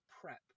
prep